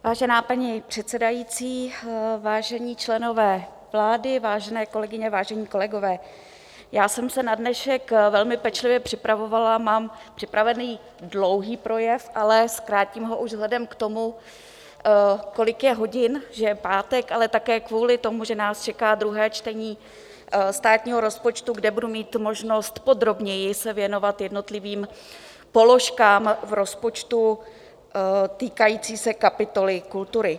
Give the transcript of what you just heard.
Vážená paní předsedající, vážení členové vlády, vážené kolegyně, vážení kolegové, já jsem se na dnešek velmi pečlivě připravovala, mám připravený dlouhý projev, ale zkrátím ho už vzhledem k tomu, kolik je hodin, že je pátek, ale také kvůli tomu, že nás čeká druhé čtení státního rozpočtu, kde budu mít možnost podrobněji se věnovat jednotlivým položkám v rozpočtu týkajícím se kapitoly kultury.